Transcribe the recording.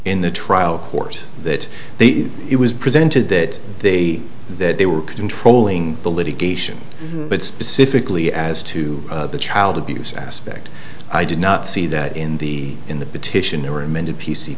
in the trial court that it was presented that they that they were controlling the litigation but specifically as to the child abuse aspect i did not see that in the in the petition or amended p